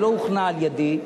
היא לא הוכנה על-ידי.